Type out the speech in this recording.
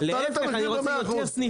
תעלה את המחירים ב-100% בסדר?